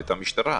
את המשטרה.